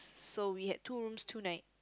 so we had two rooms two night